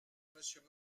monsieur